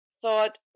thought